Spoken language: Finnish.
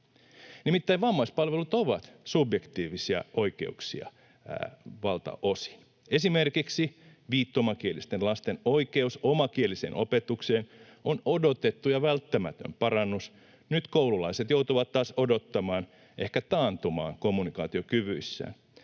Nimittäin vammaispalvelut ovat subjektiivisia oikeuksia valtaosin. Esimerkiksi viittomakielisten lasten oikeus omakieliseen opetukseen on odotettu ja välttämätön parannus. Nyt koululaiset joutuvat taas odottamaan, ehkä taantumaan kommunikaatiokyvyissään,